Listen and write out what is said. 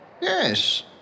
Yes